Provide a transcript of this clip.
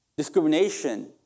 Discrimination